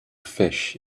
fish